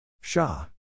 Shah